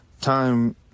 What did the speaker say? time